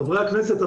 חברי הכנסת,